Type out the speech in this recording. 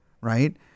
right